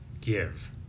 give